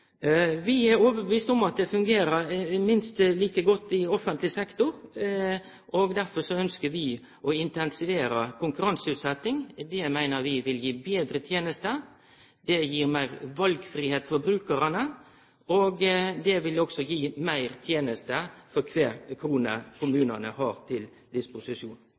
Vi er overtydde om at det fungerer minst like godt i offentleg sektor. Derfor ønskjer vi å intensivere konkurranseutsetjinga. Det meiner vi vil gi betre tenester, det gir meir valfridom for brukarane, og det vil òg gi meir tenester for kvar krone kommunane har til disposisjon.